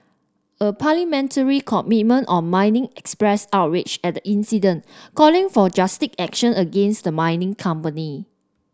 a parliamentary committee on mining expressed outrage at the incident calling for drastic action against the mining company